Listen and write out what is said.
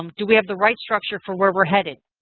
um do we have the right structure for where we're headed?